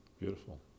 Beautiful